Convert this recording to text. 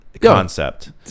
concept